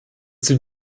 sie